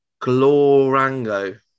Glorango